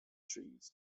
trees